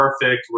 perfect